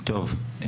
טוב,